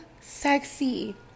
sexy